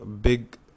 big